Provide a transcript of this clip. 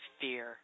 fear